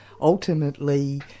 ultimately